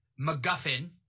MacGuffin